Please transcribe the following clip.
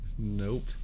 Nope